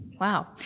Wow